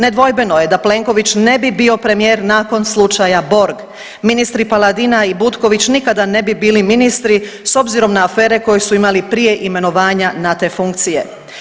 Nedvojbeno je da Plenković ne bi bio premijer nakon slučaja Borg, ministri Paladina i Butković nikada ne bi bili ministri s obzirom na afere koje su imali prije imenovanja na te funkcije.